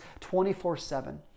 24-7